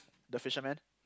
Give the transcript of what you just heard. the fisherman